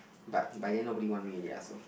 but by then nobody want me ya so